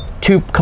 two